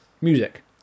music